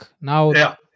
now